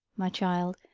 my child,